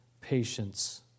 patience